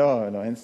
לא, לא, אין סיכוי,